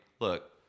look